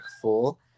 full